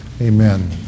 Amen